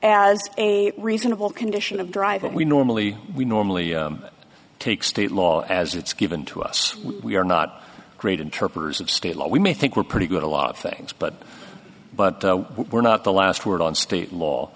as a reasonable condition of driving we normally we normally take state law as it's given to us we are not great interpreters of state law we may think we're pretty good a lot of things but but what we're not the last word on state law